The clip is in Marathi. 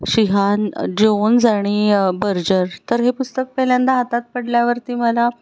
शिहान जोन्स आणि बर्जर तर हे पुस्तक पहिल्यांदा हातात पडल्यावरती मला